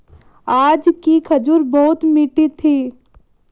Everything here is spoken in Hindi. आज की खजूर बहुत मीठी थी